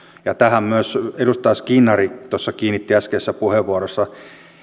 nimenomaan tähän innovatiivisuuteen myös edustaja skinnari kiinnitti huomiota tuossa äskeisessä puheenvuorossaan